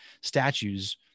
statues